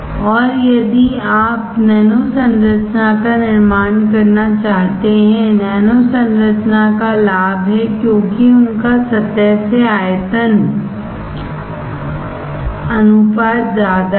और यदि आप नैनो संरचना का निर्माण करना चाहते हैं नैनो संरचना का लाभ हैं क्योंकि उनका सतह से आयतन अनुपात ज्यादा है